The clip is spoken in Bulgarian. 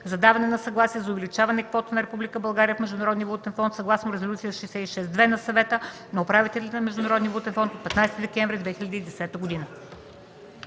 за даване на съгласие за увеличаване квотата на Република България в Международния валутен фонд съгласно Резолюция № 66-2 на Съвета на управителите на Международния валутен фонд от 15 декември 2010 г.”